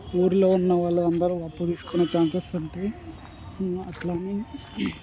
ఊరిలో ఉన్న వాళ్ళందరూ అప్పు తీసుకునే ఛాన్సెస్ ఉంటాయి ఇంకా అట్లనే